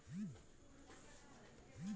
NBFC ಬ್ಯಾಂಕಿನಲ್ಲಿ RD ಸೇವೆ ಇರುತ್ತಾ?